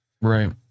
Right